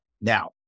Now